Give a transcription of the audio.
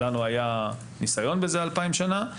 לנו היה ניסיון בזה 2,000 שנה,